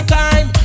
time